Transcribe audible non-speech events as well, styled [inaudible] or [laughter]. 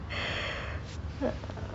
[noise] ha